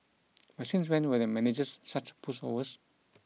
but since when were the managers such pushovers